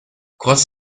kurz